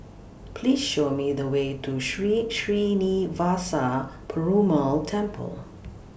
Please Show Me The Way to Sri Srinivasa Perumal Temple